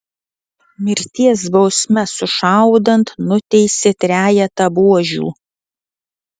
mirties bausme sušaudant nuteisė trejetą buožių